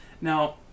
Now